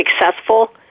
successful